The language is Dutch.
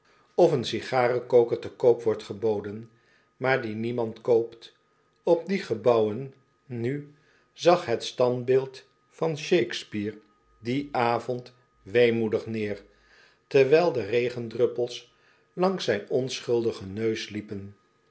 of een sigarenkoker te koop wordt geboden maar die niemand koopt op die gebouwen nu zag het standbeeld van shakespeare dien avond weemoedig neer terwijl de regendruppels langs zijn onschuldigen neus liepen